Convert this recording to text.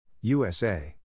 USA